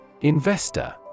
Investor